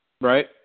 Right